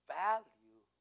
value